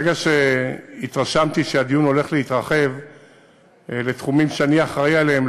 ברגע שהתרשמתי שהדיון הולך להתרחב לתחומים שאני אחראי להם,